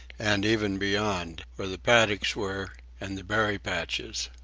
and even beyond, where the paddocks were, and the berry patches.